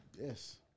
Yes